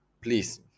please